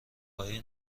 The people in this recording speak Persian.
های